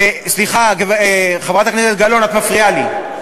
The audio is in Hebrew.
סליחה, חברת הכנסת גלאון, את מפריעה לי,